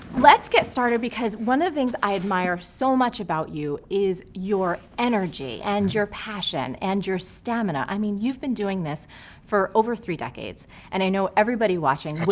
let's get started because one of the things i admire so much about you is your energy and your passion and your stamina. i mean, you've been doing this for over three decades and i know everybody watching,